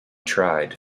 tried